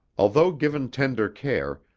although given tender care,